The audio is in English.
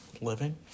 living